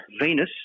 Venus